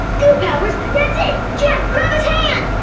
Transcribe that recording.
goo powers, that's it! jack grab his hands!